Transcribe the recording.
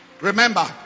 Remember